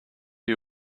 you